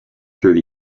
through